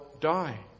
die